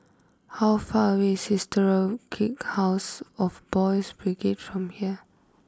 how far away is Historic house of Boys' Brigade from here